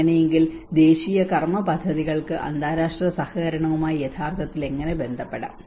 അങ്ങനെയെങ്കിൽ ദേശീയ കർമ്മ പദ്ധതികൾക്ക് അന്താരാഷ്ട്ര സഹകരണവുമായി യഥാർത്ഥത്തിൽ എങ്ങനെ ബന്ധപ്പെടാം